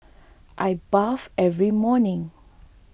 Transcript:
I bathe every morning